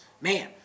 man